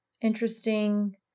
interesting